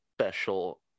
special